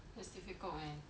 that's difficult leh